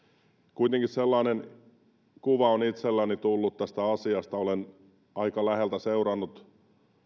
kuitenkin sellainen kuva on itselläni tullut tästä asiasta olen aika läheltä seurannut